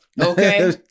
okay